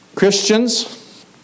Christians